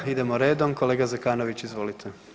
Idemo redom, kolega Zekanović, izvolite.